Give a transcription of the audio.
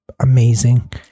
amazing